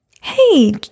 Hey